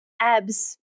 abs